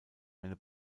eine